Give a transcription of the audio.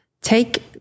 take